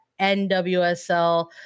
NWSL